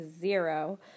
zero